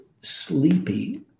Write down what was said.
sleepy